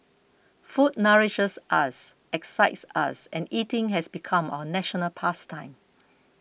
food nourishes us excites us and eating has become our national past time